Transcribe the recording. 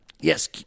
Yes